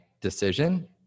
decision